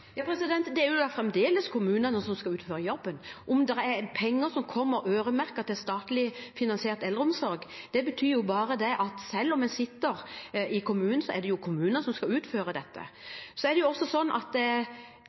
Det er fremdeles kommunene som skal utføre jobben. At det er penger som er øremerket til statlig finansiert eldreomsorg, betyr – selv om en sitter i kommunen – at det er kommunene som skal utføre dette. Det er også sånn at